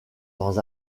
dans